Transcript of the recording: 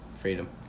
freedom